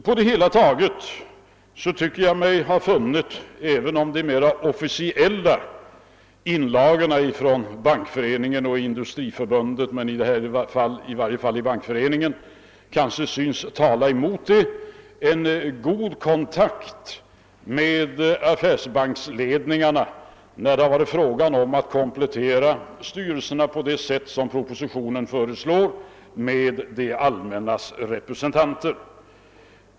På det hela taget tycker jag mig ha funnit, även om de mera officiella inlagorna från Bankföreningen och Industriförbundet kanske synes tala emot det, en god kontakt med bankledningarna, när det har varit fråga om att komplettera styrelserna på det sätt som föreslås i propositionen med det allmännas representanter.